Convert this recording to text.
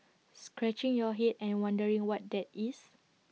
scratching your Head and wondering what that is